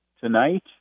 tonight